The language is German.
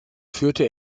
führte